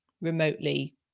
remotely